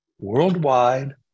worldwide